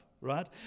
right